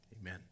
amen